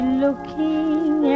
looking